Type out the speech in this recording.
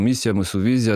misija mūsų vizija